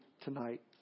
tonight